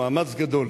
מאמץ גדול